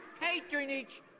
patronage